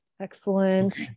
excellent